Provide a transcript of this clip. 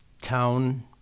town